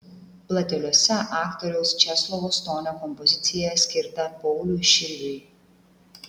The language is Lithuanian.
plateliuose aktoriaus česlovo stonio kompozicija skirta pauliui širviui